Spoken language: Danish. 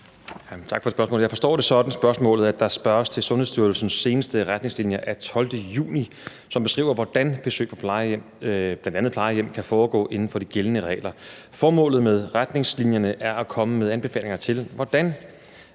Tak for spørgsmålet. Jeg forstår spørgsmålet sådan, at der spørges til Sundhedsstyrelsens seneste retningslinjer af 12. juni, som beskriver, hvordan besøg på bl.a. plejehjem kan foregå inden for de gældende regler. Formålet med retningslinjerne er at komme med anbefalinger til, hvordan